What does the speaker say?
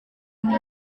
ini